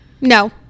No